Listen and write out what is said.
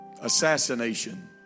assassination